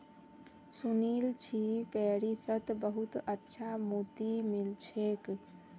सुनील छि पेरिसत बहुत अच्छा मोति मिल छेक